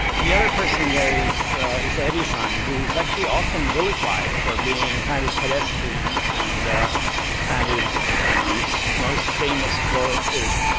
the other person there is is edison, who is actually often vilified for being kind of pedestrian and and is, i mean his most famous quote is,